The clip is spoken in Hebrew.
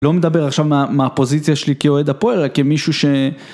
לא מדבר עכשיו מהפוזיציה שלי כאוהד הפועל, אלא כמישהו ש...